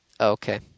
Okay